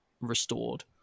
restored